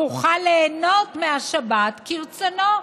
יוכל ליהנות מהשבת כרצונו.